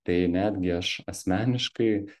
tai netgi aš asmeniškai